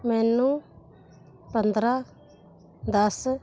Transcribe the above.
ਮੈਨੂੰ ਪੰਦਰ੍ਹਾਂ ਦਸ